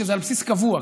כשזה על בסיס קבוע,